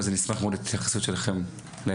אז אני אשמח מאוד להתייחסות שלכם לעניין.